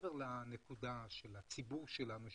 מעבר לנקודה של הציבור שלנו,